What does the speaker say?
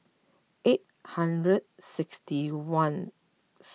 eight hundred sixty one